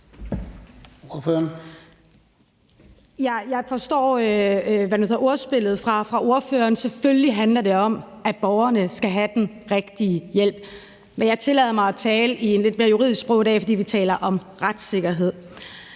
Jeg forstår ordspillet fra ordføreren. Selvfølgelig handler det om, at borgerne skal have den rigtige hjælp. Men jeg tillader mig at tale i et lidt mere juridisk sprog i dag, fordi vi taler om retssikkerhed.